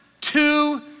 Two